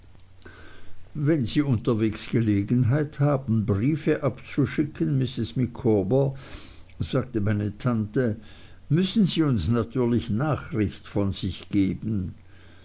wenn sie unterwegs gelegenheit haben briefe abzuschicken mrs micawber sagte meine tante müssen sie uns natürlich nachricht von sich geben